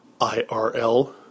IRL